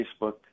Facebook